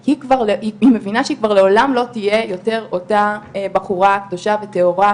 היא מבינה שהיא כבר לעולם לא תהיה יותר אותה בחורה קדושה וטהורה,